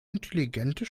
intelligente